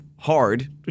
hard